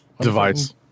device